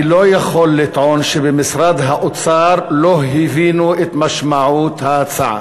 אני לא יכול לטעון שבמשרד האוצר לא הבינו את משמעות ההצעה.